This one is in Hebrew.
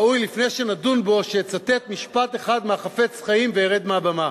וראוי שלפני שנדון בו שאצטט משפט אחד מ"החפץ חיים" וארד מהבמה: